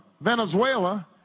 Venezuela